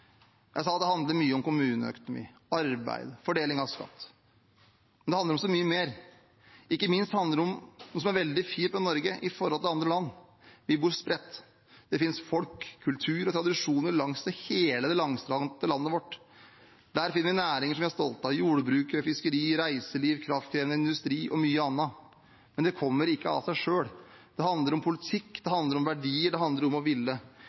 Jeg sa at det handler mye om kommuneøkonomi, arbeid, fordeling av skatt. Men det handler om mye mer. Ikke minst handler det om noe som er veldig fint med Norge i forhold til andre land – vi bor spredt, det finnes folk, kultur og tradisjoner langs hele det langstrakte landet vårt. Der finner vi næringer som vi er stolte av – jordbruk, fiskeri, reiseliv, kraftkrevende industri og mye annet – men det kommer ikke av seg selv. Det handler om politikk, det handler om verdier, det handler om å ville.